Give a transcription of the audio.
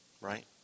right